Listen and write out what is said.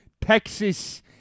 Texas